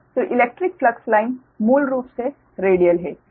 तो electric flux line मूल रूप से रेडियल हैं